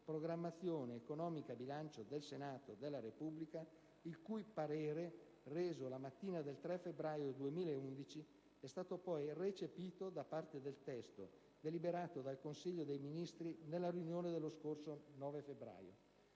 programmazione economica, bilancio del Senato della Repubblica, il cui parere, reso la mattina del 3 febbraio 2011, è stato poi recepito nel testo deliberato dal Consiglio dei ministri nella riunione dello scorso 9 febbraio.